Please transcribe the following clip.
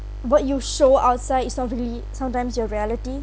what you show outside is not really sometimes your reality